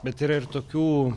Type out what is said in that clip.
bet yra ir tokių